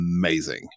amazing